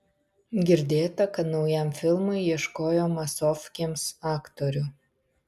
girdėta kad naujam filmui ieškojo masofkėms aktorių